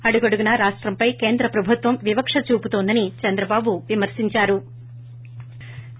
అడుగడుగునా రాష్టంపై కేంద్ర ప్రభుత్వం వివక్ష చూపుతోందని చంద్రబాబు విమర్పించారు